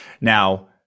Now